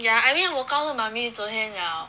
ya I mean 我告诉 mummy 昨天 liao